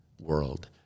world